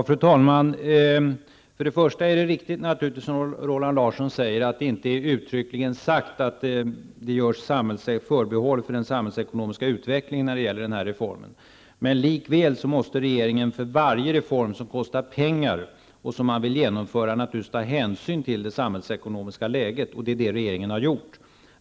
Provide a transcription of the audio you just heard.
Fru talman! Först och främst är det naturligtvis riktigt som Roland Larsson säger, att det inte är uttryckligen sagt att det görs förbehåll för den samhällsekonomiska utvecklingen när det gäller den här reformen. Likväl måste regeringen för varje reform som man vill genomföra och som kostar pengar naturligtvis ta hänsyn till det samhällsekonomiska läget. Det är vad regeringen har gjort.